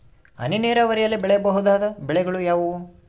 ಹನಿ ನೇರಾವರಿಯಲ್ಲಿ ಬೆಳೆಯಬಹುದಾದ ಬೆಳೆಗಳು ಯಾವುವು?